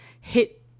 hit